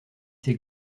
ses